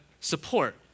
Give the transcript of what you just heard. support